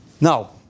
Now